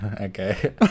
okay